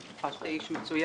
אני בטוחה שאתה איש מצוין.